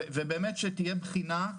ובאמת שתהיה בחינה,